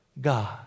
God